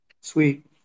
sweet